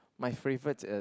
my favourite is